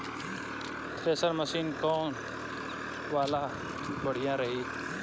Thresher machine कौन वाला बढ़िया रही?